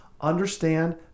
understand